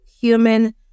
human